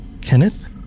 Kenneth